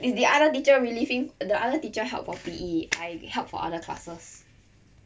is the other teacher reliefing the other teacher help for P_E I help for other classes